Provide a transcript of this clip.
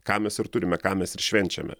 ką mes ir turime ką mes ir švenčiame